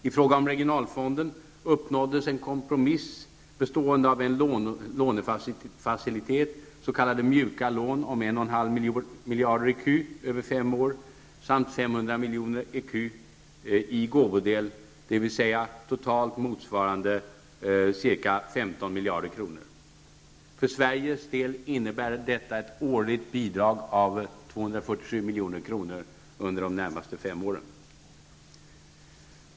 mjuka lån, om totalt 1,5 miljarder ecu över fem år samt 500 miljoner ecu i gåvodel, dvs. totalt motsvarande ca 15 miljarder kronor. För Sveriges del innebär detta ett årligt bidrag om 247 milj.kr. under de närmaste fem åren.